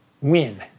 win